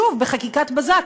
שוב בחקיקת בזק,